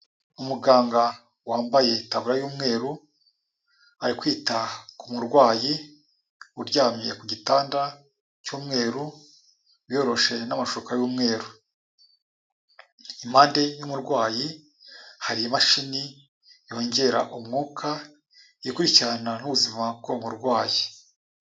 Umuganga wambaye itaburiya y'umweru ari kwita ku murwayi uryamye ku gitanda cy'umweru, wiyoroshe n'amashuka y'umweru. Impande y'umurwayi hari imashini yongera umwuka ikurikirana n'ubuzima bw'uwo umurwayi.